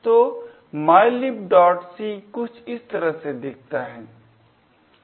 तो mylibc कुछ इस तरह से दिखता है